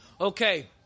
Okay